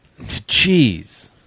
Jeez